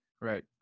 Right